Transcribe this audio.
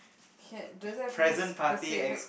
can does it have to be a specific